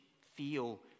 feel